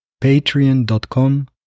patreon.com